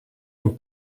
een